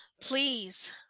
please